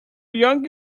young